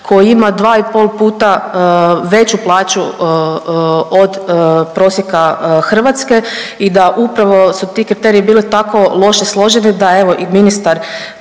koji ima 2 i pol puta veću plaću od prosjeka Hrvatske i da upravo su ti kriteriji bili tako loše složeni da evo i ministar,